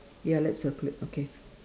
ya let's circle it okay